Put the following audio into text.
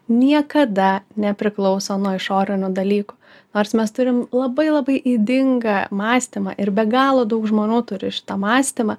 niekada nepriklauso nuo išorinių dalykų nors mes turim labai labai ydingą mąstymą ir be galo daug žmonių turi šitą mąstymą